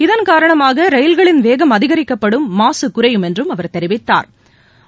இதன் காரணமாக ரயில்களின் வேகம் அதிகரிக்கப்படும் மாசு குறையும் என்று அவர் தெரிவித்தாா்